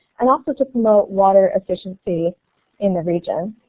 and also to promote water efficiency in the region.